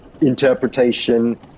interpretation